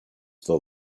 the